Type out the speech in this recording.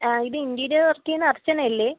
ആ ഇത് ഇൻറ്റീരിയർ വർക്കെയ്യുന്ന അർച്ചനയല്ലേ